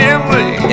Family